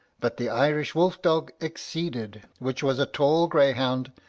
but the irish wolf-dog exceeded, which was a tall greyhound,